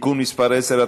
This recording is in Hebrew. (תיקון מס' 10),